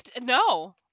No